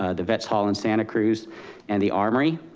ah the vet's hall in santa cruz and the armory.